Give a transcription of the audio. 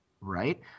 right